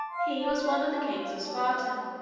he was one of the kings of sparta,